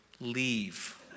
leave